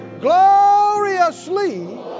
gloriously